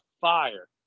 Fire